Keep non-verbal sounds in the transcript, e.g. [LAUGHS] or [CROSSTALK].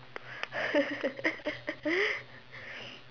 [LAUGHS]